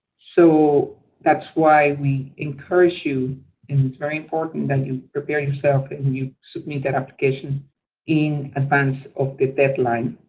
so that's why we encourage you and it's very important that you prepare yourself and that you submit that application in advance of the deadline.